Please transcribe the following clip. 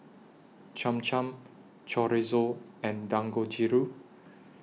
Cham Cham Chorizo and Dangojiru